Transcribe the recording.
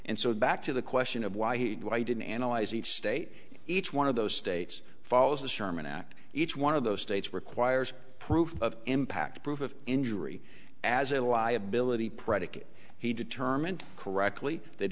and so back to the question of why he did why didn't analyze each state each one of those states follows the sherman act each one of those states requires proof of impact proof of injury as a liability predicate he determined correctly that